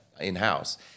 in-house